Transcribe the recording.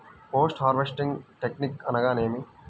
Post harvesting technique అనగా నేమి?